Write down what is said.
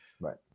Right